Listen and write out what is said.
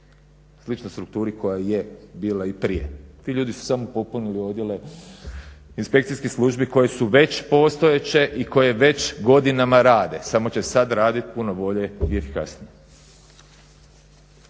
Slična struktura koja je bila i prije. Ti ljudi su samo popunili odjele inspekcijskih službi koje su već postojeće i koje već godinama rade, samo će sad raditi puno bolje i efikasnije.